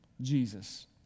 Jesus